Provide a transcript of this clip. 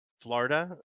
Florida